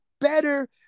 better